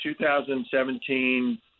2017